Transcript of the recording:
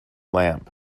lamp